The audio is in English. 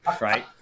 right